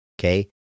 okay